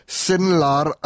senlar